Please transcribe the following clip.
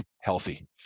healthy